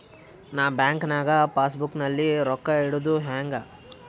ನಾ ಬ್ಯಾಂಕ್ ನಾಗ passbook ನಲ್ಲಿ ರೊಕ್ಕ ಇಡುದು ಹ್ಯಾಂಗ್?